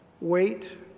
wait